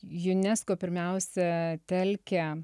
unesco pirmiausia telkia